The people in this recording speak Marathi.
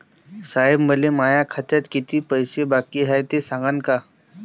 साहेब, मले माया खात्यात कितीक पैसे बाकी हाय, ते सांगान का?